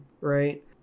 right